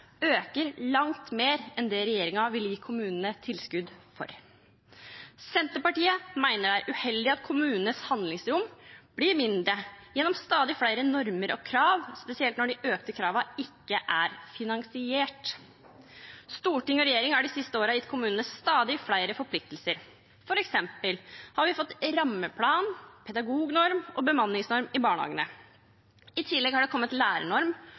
øker langt mer enn det regjeringen vil gi kommunene tilskudd for. Senterpartiet mener det er uheldig at kommunenes handlingsrom blir mindre gjennom stadig flere normer og krav, spesielt når de økte kravene ikke er finansiert. Storting og regjering har de siste årene gitt kommunene stadig flere forpliktelser. For eksempel har vi fått rammeplan, pedagognorm og bemanningsnorm i barnehagene. I tillegg har det kommet lærernorm,